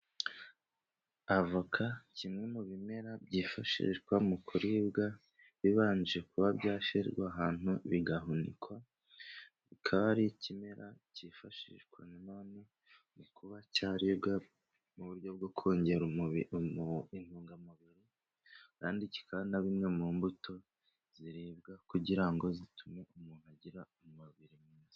Avoka kimwe mu bimera byifashishwa mu kuribwa bibanje kuba byashyirwa ahantu bigahunikwa. Kandi ni ikimera cyifashishwa na none mu kuba cyaribwa mu buryo bwo kongerera umubiri intungamubiri. Kandi kikaba na kimwe mu mbuto ziribwa kugira ngo zitume umuntu agira umubiri mwiza.